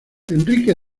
enrique